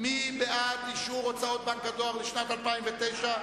מי בעד אישור הוצאות בנק הדואר, לשנת 2009?